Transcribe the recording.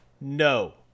No